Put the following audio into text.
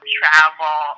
travel